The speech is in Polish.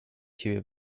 ciebie